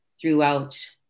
throughout